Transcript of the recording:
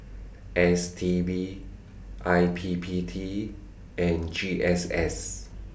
S T B I P P T and G S S